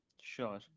Sure